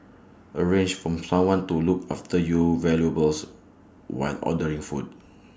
arrange for someone to look after your valuables while ordering food